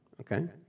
Okay